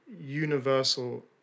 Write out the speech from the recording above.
universal